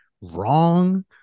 wrong